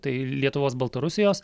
tai lietuvos baltarusijos